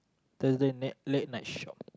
th~ the late night shop